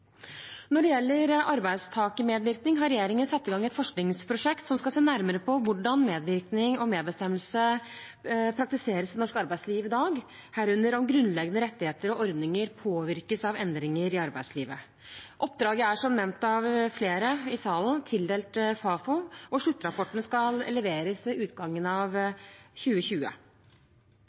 Når det gjelder arbeidstakermedvirkning, har regjeringen satt i gang et forskningsprosjekt som skal se nærmere på hvordan medvirkning og medbestemmelse praktiseres i norsk arbeidsliv i dag, herunder om grunnleggende rettigheter og ordninger påvirkes av endringer i arbeidslivet. Oppdraget er, som nevnt av flere i salen, tildelt Fafo, og sluttrapporten skal leveres ved utgangen av 2020.